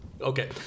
Okay